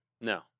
No